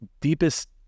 deepest